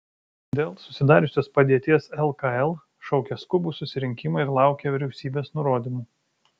dėl susidariusios padėties lkl šaukia skubų susirinkimą ir laukia vyriausybės nurodymų